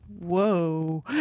whoa